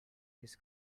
his